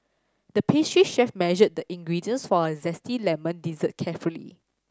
the pastry chef measured the ingredients for a zesty lemon dessert carefully